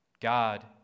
God